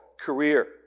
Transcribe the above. career